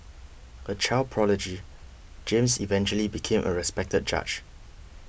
a child prodigy James eventually became a respected judge